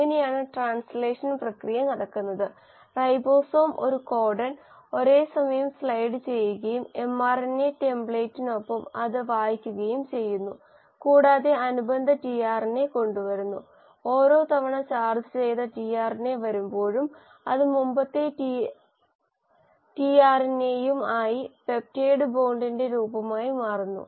അങ്ങനെയാണ് ട്രാൻസ്ലേഷൻ പ്രക്രിയ നടക്കുന്നത് റൈബോസോം ഒരു കോഡൺ ഒരേസമയം സ്ലൈഡുചെയ്യുകയും mRNA ടെംപ്ലേറ്റിനൊപ്പം അത് വായിക്കുകയും ചെയ്യുന്നു കൂടാതെ അനുബന്ധ tRNA കൊണ്ടുവരുന്നു ഓരോ തവണ ചാർജ്ജ് ചെയ്ത tRNA വരുമ്പോഴും അത് മുമ്പത്തേ ടിആർഎൻഎയും ആയി പെപ്റ്റൈഡ് ബോണ്ടിന്റെ രൂപമായി മാറുന്നു